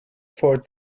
for